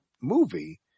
movie